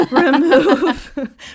Remove